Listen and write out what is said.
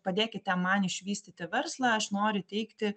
padėkite man išvystyti verslą aš noriu teikti